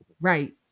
Right